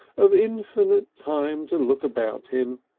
of infinite time to look about him,